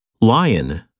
lion